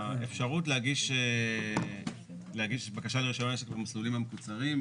האפשרות להגיש בקשה לרישיון עסק במסלולים המקוצרים,